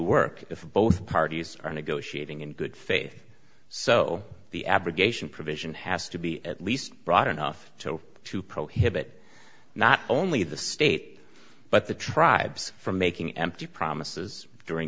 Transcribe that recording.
work if both parties are negotiating in good faith so the abrogation provision has to be at least broad enough to prohibit not only the state but the tribes from making empty promises during